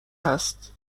هست